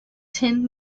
ten